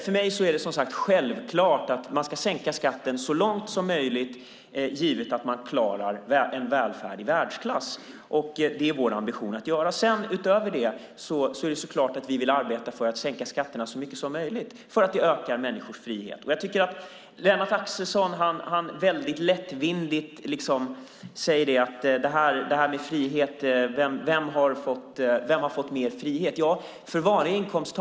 För mig är det självklart att man ska sänka skatten så mycket som möjligt, givet att man klarar en välfärd i världsklass. Det är också vår ambition. Utöver det vill vi såklart arbeta för att sänka skatterna så mycket som möjligt eftersom det ökar människors frihet. Vem har fått mer frihet, frågar Lennart Axelsson väldigt lättvindigt.